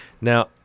Now